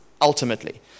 ultimately